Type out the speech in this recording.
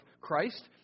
Christ